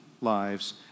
lives